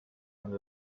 and